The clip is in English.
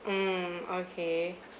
mm okay